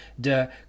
de